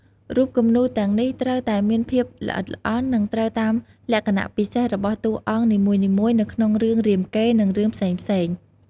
រូបគំនូរទាំងនេះត្រូវតែមានភាពល្អិតល្អន់ និងត្រូវតាមលក្ខណៈពិសេសរបស់តួអង្គនីមួយៗនៅក្នុងរឿងរាមកេរ្តិ៍ និងរឿងផ្សេងៗ។